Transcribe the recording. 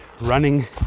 running